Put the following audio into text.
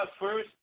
first